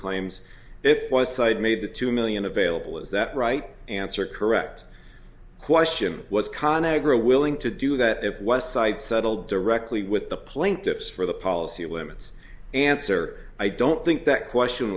claims it was cited made the two million available is that right answer correct question was con agra willing to do that it was cite settled directly with the plaintiffs for the policy limits answer i don't think that question